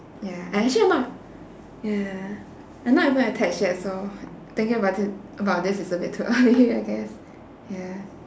ya and actually I'm not ya I'm not even attached yet so thinking about it about this is a bit too early I guess yeah